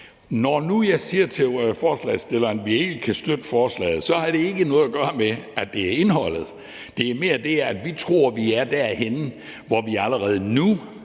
Når nu jeg siger til forslagsstillerne, at vi ikke kan støtte forslaget, har det ikke noget at gøre med indholdet; det er mere det, at vi tror, at vi er derhenne, hvor vi i grunden